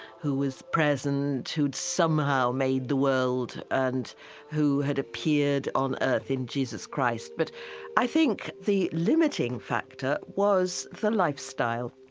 who was present, who'd somehow made the world, and who had appeared on earth in jesus christ. but i think the limiting factor was the lifestyle,